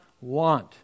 want